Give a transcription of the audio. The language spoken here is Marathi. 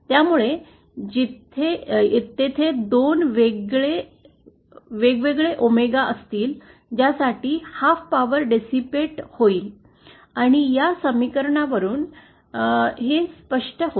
त्यामुळे तेथे दोन वेगवेगळे ओमेगा असतील ज्यासाठी हाल्फ पॉवर डेसिपेट होईल हे या समीकरणावरून ही स्पष्ट होते